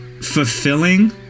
fulfilling